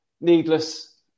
needless